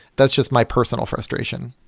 that's just my personal frustration.